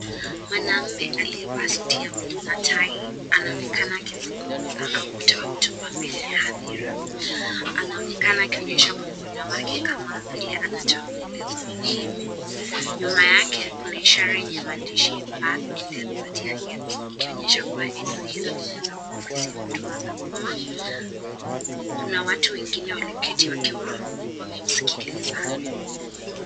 Mwanaume aliyevaa suti ya bluu na tai anaonekana akizungumza au kutoa hotuba mbele ya hadhira anaonekana akionyesha kwa mkono wake kama vile anachomueleza muhimu. Nyuma yake kuna ishara yenye maandishi births and death certificate ikionyesha kuwa eneo hilo linaweza kuwa ofisi ya huduma za umma, kuna watu wengine walioketi wakiwa wamemsikiliza.